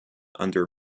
under